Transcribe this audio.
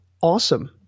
awesome